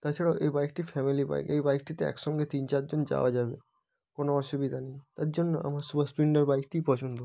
তাছাড়াও এই বাইকটি ফ্যামিলি বাইক এই বাইকটিতে একসঙ্গে তিন চারজন যাওয়া যাবে কোনো অসুবিধা নেই তার জন্য আমার সুপার স্প্লেন্ডার বাইকটিই পছন্দ